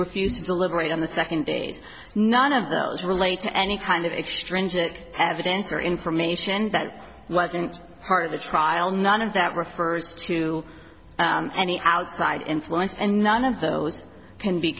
refused to deliberate on the second days none of those relate to any kind of extrinsic evidence or information that wasn't part of the trial none of that refers to any outside influence and none of those can be